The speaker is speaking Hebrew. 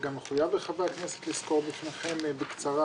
וגם מחויב לחברי הכנסת לסקור בפניכם בקצרה